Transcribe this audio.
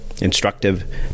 instructive